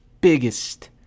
biggest